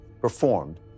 performed